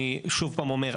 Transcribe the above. שוב פעם אני אומר,